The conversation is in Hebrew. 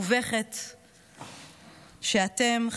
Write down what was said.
מובכת שאתם,